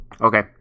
Okay